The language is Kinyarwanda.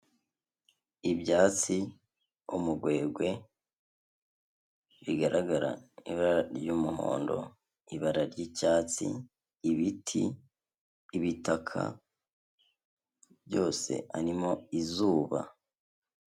Ibyatsi, umugwegwe bigaragara, ibara ry'umuhondo, ibara ry'icyatsi, ibiti, ibitaka, byose harimo izuba.